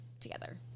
together